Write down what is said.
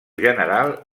general